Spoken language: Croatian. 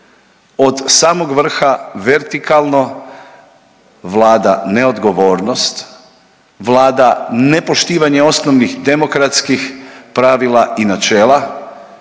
od samog vrha vertikalno vlada neodgovornost, vlada nepoštivanje osnovnih demokratskih pravila i načela.